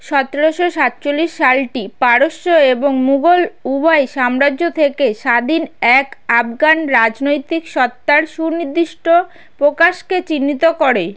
সতেরোশো সাতচল্লিশ সালটি পারস্য এবং মুঘল উভয় সাম্রাজ্য থেকে স্বাধীন এক আফগান রাজনৈতিক সত্তার সুনির্দিষ্ট প্রকাশকে চিহ্নিত করে